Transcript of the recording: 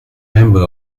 member